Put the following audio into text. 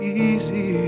easy